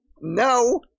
no